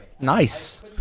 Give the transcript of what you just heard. Nice